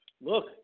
look